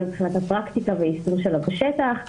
מבחינת הפרקטיקה והיישום שלה בשטח,